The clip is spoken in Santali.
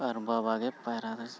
ᱟᱨ ᱵᱟᱵᱟ ᱜᱮ ᱯᱟᱭᱨᱟ